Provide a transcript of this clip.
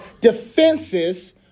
defenses